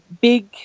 big